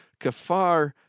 Kafar